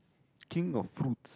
king of fruits